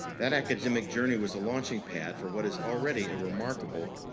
that academic journey was a launching pad for what is already a remarkable,